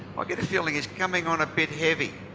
get a feeling he's coming on a bit heavy.